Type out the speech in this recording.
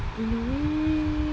in a way